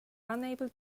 unable